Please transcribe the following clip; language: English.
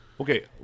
Okay